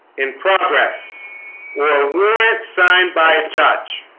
in progress well we're it signed by a judge